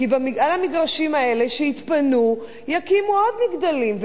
כי על המגרשים האלה שיתפנו יקימו עוד מגדלים.